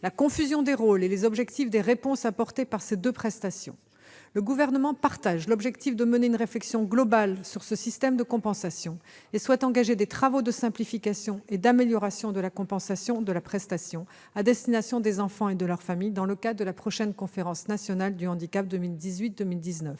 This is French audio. la confusion des rôles et les objectifs des réponses apportées par ces deux prestations. Le Gouvernement partage l'objectif de mener une réflexion globale sur ce système de compensation et souhaite engager des travaux de simplification et d'amélioration de la compensation du handicap à destination des enfants et de leurs familles dans le cadre de la prochaine conférence nationale du handicap 2018-2019.